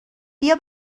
بیا